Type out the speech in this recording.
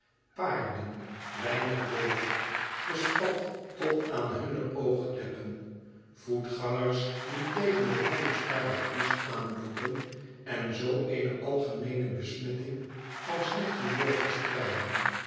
paarden weinig beter bespat tot aan hunne oogkleppen voetgangers die tegen elkanders paraplu's aanloopen en zoo eene algemeene besmetting van slecht humeur verspreiden